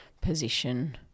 position